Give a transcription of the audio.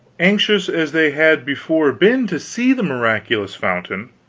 anxious as they had before been to see the miraculous fountain,